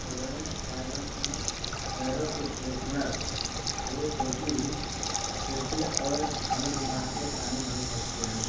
सोलहवें राजवंश में फैरो इस्फेसनर खरे पेपी तृतीय और नेब्रमात्रे शामिल हो सकते हैं